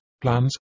plans